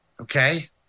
okay